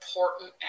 important